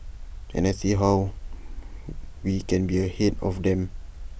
and see how we can be ahead of them